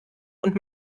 und